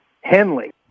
Henley